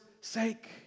sake